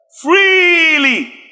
Freely